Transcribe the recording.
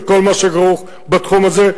וכל מה שכרוך בתחום הזה.